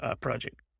project